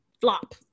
flop